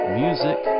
music